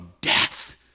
death